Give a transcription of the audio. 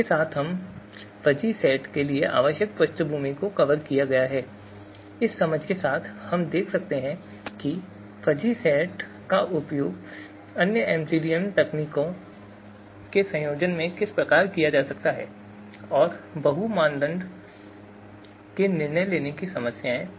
इसके साथ हमने फ़ज़ी सेट के लिए आवश्यक मूल पृष्ठभूमि को कवर किया है और इस समझ के साथ हम देख सकते हैं कि फ़ज़ी सेट का उपयोग अन्य एमसीडीएम तकनीकों के संयोजन में कैसे किया जा सकता है और बहु मानदंड निर्णय लेने की समस्याएं